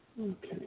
Okay